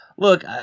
Look